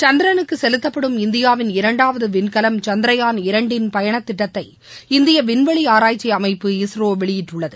சந்திரனுக்கு செலுத்தப்படும் இந்தியாவின் இரண்டாவது விண்கலம் சந்த்ரயான் இரண்டின் பயணத் திட்டத்தை இந்திய விண்வெளி ஆராய்ச்சி அமைப்பு இஸ்ரோ வெளியிட்டுள்ளது